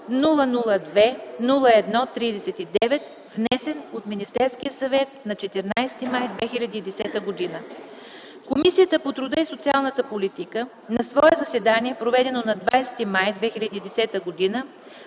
002-01-39, внесен от Министерския съвет на 14 март 2010 г. Комисията по труда и социалната политика на свое заседание, проведено на 20 май 2010 г.,